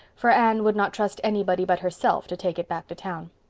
for anne would not trust anybody but herself to take it back to town.